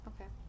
okay